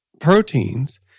Proteins